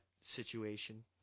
situation